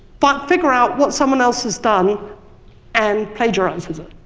but figure out what someone else has done and plagiarizes it?